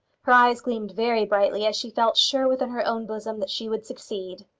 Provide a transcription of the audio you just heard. her eyes gleamed very brightly as she felt sure within her own bosom that she would succeed.